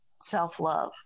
self-love